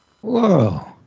Whoa